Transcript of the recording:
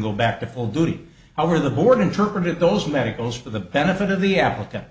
go back to full duty however the board interpreted those medicals for the benefit of the applicant